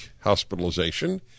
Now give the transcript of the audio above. hospitalization